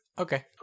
Okay